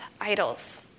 idols